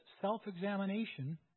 self-examination